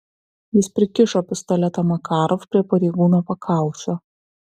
jis prikišo pistoletą makarov prie pareigūno pakaušio